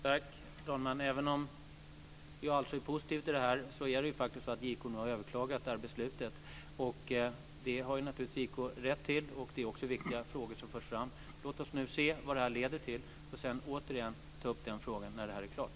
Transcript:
Herr talman! Även om jag är positiv till detta har JK faktiskt överklagat det här beslutet. Det har JK naturligtvis rätt till. Det är viktiga frågor som förs fram. Låt oss nu se vad detta leder till och sedan ta upp frågan igen när detta är klart.